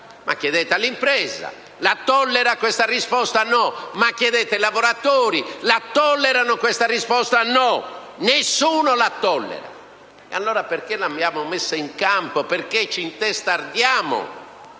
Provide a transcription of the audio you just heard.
Chiedete all'impresa: tollera questa risposta? No. Chiedete ai lavoratori: tollerano questa risposta? No. Nessuno la tollera. Allora perché l'abbiamo messa in campo e ci intestardiamo